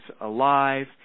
alive